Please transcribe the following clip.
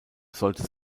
sollte